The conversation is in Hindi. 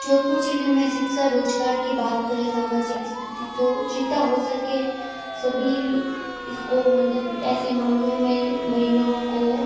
जोधपुर जिले में शिक्षा रोजगार की बात करें सामाजिक स्थिति तो जितना हो सके सभी इसको मतलब ऐसे मामलों में महिलाओं को